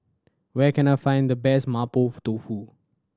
where can I find the best mapo tofu